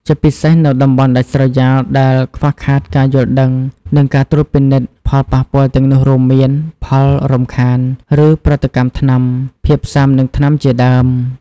ជាពិសេសនៅតំបន់ដាច់ស្រយាលដែលខ្វះខាតការយល់ដឹង និងការត្រួតពិនិត្យ ផលប៉ះពាល់ទាំងនោះរួមមាន ផលរំខាន ឬប្រតិកម្មថ្នាំ ភាពស៊ាំនឹងថ្នាំជាដើម។